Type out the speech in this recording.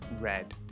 red